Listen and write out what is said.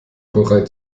bereit